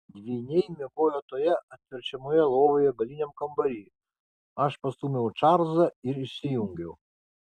dvyniai miegojo toje atverčiamoje lovoje galiniam kambary aš pastūmiau čarlzą ir išsijungiau